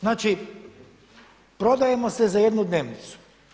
Znači, prodajemo se za jednu dnevnicu.